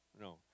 no